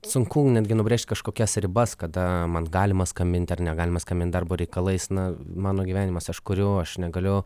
sunku netgi nubrėžt kažkokias ribas kada man galima skambint ar negalima skambint darbo reikalais na mano gyvenimas aš kuriu aš negaliu